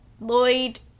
Lloyd